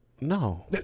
No